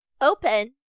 Open